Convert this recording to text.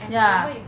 ya